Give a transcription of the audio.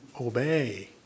obey